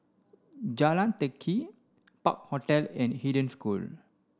Jalan Teck Kee Park Hotel and Eden School